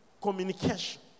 Communication